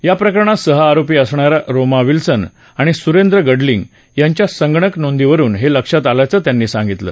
या प्रकरणात सहआरोपी असणाऱ्या रोमा विल्सन आणि सुरेंद्र गडलिंग यांच्या संगणक नोंदींवरून हे लक्षात आल्याचं त्यांनी सांगितलं